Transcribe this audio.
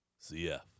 CF